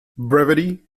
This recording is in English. brevity